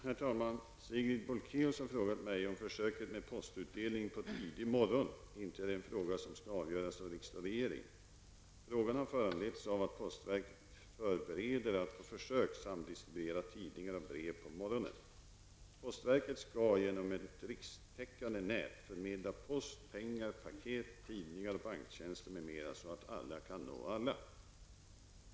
Herr talman! Sigrid Bolkéus har frågat mig om försöket med postutdelning på tidig morgon inte är en fråga som skall avgöras av riksdag och regering. Frågan har föranletts av att postverket förbereder på försök att samdistribuera tidningar och brev på morgonen. Postverket skall genom ett rikstäckande nät förmedla post, pengar, paket, tidningar och banktjänster m.m. så att alla kan nå alla.